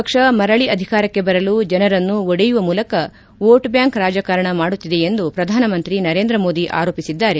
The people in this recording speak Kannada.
ಕಾಂಗ್ರೆಸ್ ಪಕ್ಷ ಮರಳ ಅಧಿಕಾರಕ್ಕೆ ಬರಲು ಜನರನ್ನು ಒಡೆಯುವ ಮೂಲಕ ವೋಟ್ ಬ್ಯಾಂಕ್ ರಾಜಕಾರಣ ಮಾಡುತ್ತಿದೆ ಎಂದು ಪ್ರಧಾನಿ ನರೇಂದ್ರ ಮೋದಿ ಆರೋಪಿಸಿದ್ದಾರೆ